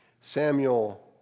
Samuel